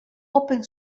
open